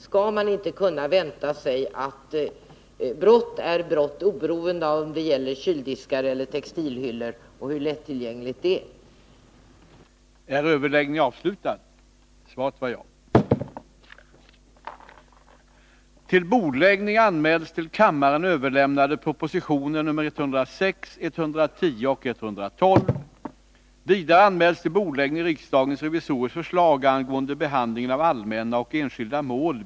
Skall man inte kunna vänta sig att brott är brott, oberoende av om det gäller kyldiskar eller textilhyllor och oberoende av hur lättillgängliga varorna är?